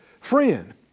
friend